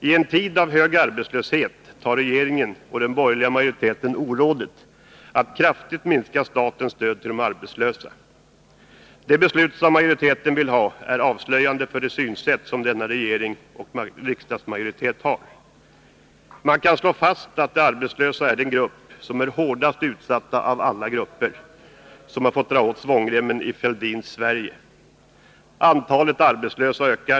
I en tid av hög arbetslöshet tar regeringen och den borgerliga majoriteten sig orådet före att kraftigt minska statens stöd till de arbetslösa. Det beslut som majoriteten vill ha är avslöjande för det synsätt som denna regering och riksdagsmajoriteten har. Man kan slå fast att de arbetslösa är den grupp som är hårdast utsatt av alla grupper som har fått dra åt svångremmen i Fälldins Sverige. Antalet arbetslösa ökar.